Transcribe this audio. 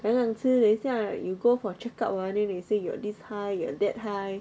敢敢吃等一下 you go for check up ah then they you say you are this high that high